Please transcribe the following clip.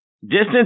distance